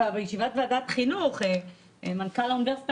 בישיבת ועדת החינוך מנכ"ל האוניברסיטה